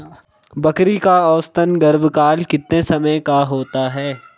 बकरी का औसतन गर्भकाल कितने समय का होता है?